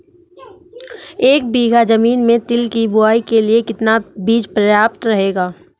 एक बीघा ज़मीन में तिल की बुआई के लिए कितना बीज प्रयाप्त रहेगा?